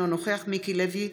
אינו נוכח מיקי לוי,